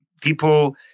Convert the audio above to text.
people